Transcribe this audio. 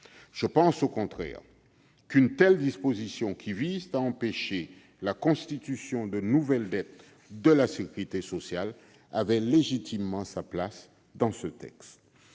Je pense au contraire qu'une telle disposition, qui vise à empêcher la constitution de nouvelles dettes de la sécurité sociale, avait légitimement sa place dans ce texte.